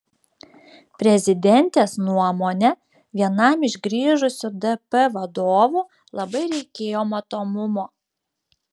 prezidentės nuomone vienam iš grįžusių dp vadovų labai reikėjo matomumo